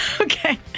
okay